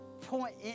point